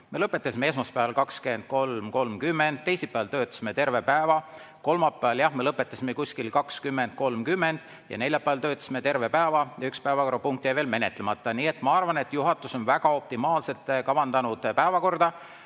Me lõpetasime esmaspäeval 23.30, teisipäeval töötasime terve päeva, kolmapäeval jah me lõpetasime umbes 20.30, aga neljapäeval töötasime terve päeva ja üks päevakorrapunkt jäi veel menetlemata. Nii et ma arvan, et juhatus on päevakorra väga optimaalselt kavandanud.